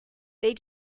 they